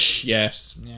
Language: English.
Yes